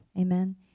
amen